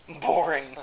boring